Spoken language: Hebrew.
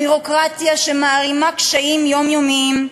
ביורוקרטיה שמערימה קשיים יומיומיים,